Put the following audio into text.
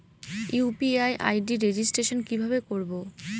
UPI ID registration কিভাবে করব?